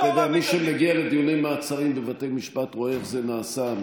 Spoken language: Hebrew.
ומי שמגיע לדיוני מעצרים בבתי משפט רואה איך זה נעשה,